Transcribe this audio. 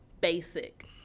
basic